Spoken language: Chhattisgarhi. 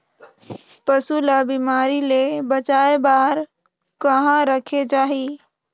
पशु ला बिमारी ले बचाय बार कहा रखे चाही?